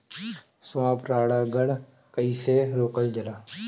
स्व परागण कइसे रोकल जाला?